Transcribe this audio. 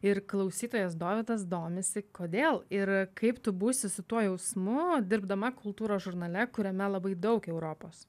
ir klausytojas dovydas domisi kodėl ir kaip tu būsi su tuo jausmu dirbdama kultūros žurnale kuriame labai daug europos